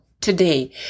today